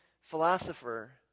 philosopher